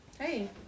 Hey